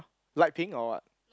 light pink or what